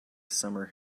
summer